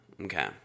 Okay